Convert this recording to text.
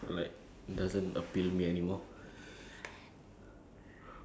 I don't know they evolve to some like electronic